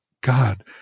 God